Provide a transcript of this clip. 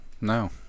No